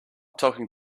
talking